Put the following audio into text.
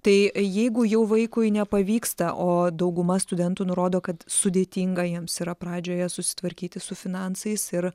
tai jeigu jau vaikui nepavyksta o dauguma studentų nurodo kad sudėtinga jiems yra pradžioje susitvarkyti su finansais ir